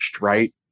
right